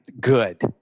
Good